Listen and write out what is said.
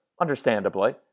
understandably